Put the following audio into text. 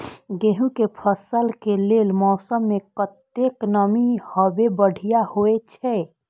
गेंहू के फसल के लेल मौसम में कतेक नमी हैब बढ़िया होए छै?